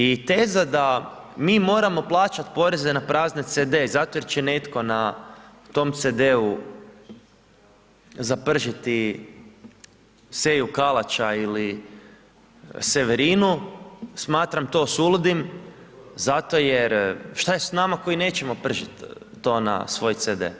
I teza da mi moramo plaćati poreze na prazne CD-e zato jer će netko na tom CD-u zapržiti Seju Kalača ili Severinu smatram to suludim zato jer, šta je s nama koji nećemo pržit to na svoj CD.